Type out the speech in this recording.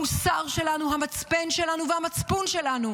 המוסר שלנו, המצפן שלנו והמצפון שלנו,